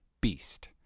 beast